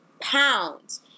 pounds